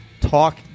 Talk